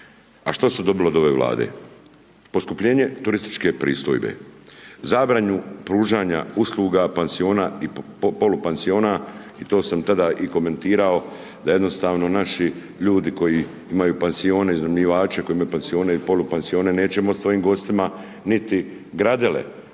a što su dobili od ove Vlade? Poskupljenje turističke pristojbe, zabranu pružanja usluga pansiona i polupansiona i to sam tada i komentirao da jednostavno naši ljudi koji imaju pansione, iznajmljivači koji imaju pansione i polupansione nećemo svojim gostima niti gradele